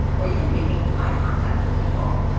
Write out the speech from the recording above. or even making eye contact with people,